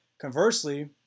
Conversely